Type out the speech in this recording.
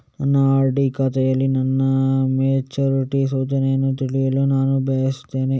ನನ್ನ ಆರ್.ಡಿ ಖಾತೆಯಲ್ಲಿ ನನ್ನ ಮೆಚುರಿಟಿ ಸೂಚನೆಯನ್ನು ತಿಳಿಯಲು ನಾನು ಬಯಸ್ತೆನೆ